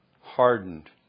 hardened